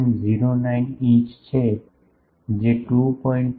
09 inch છે જે 2